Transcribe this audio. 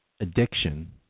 addiction